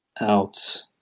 Out